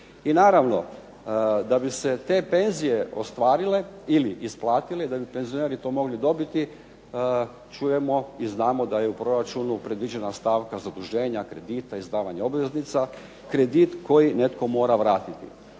I naravno, da bi se te penzije ostvarile ili isplatile, da bi penzioneri to mogli dobiti čujemo i znamo da je u proračunu predviđena stavka zaduženja kredita, izdavanja obveznica, kredit koji netko mora vratiti.